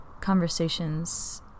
conversations